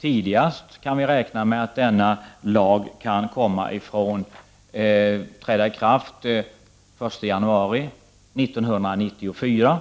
Tidigast kan vi räkna med att denna lag kan träda i kraft den 1 januari 1994,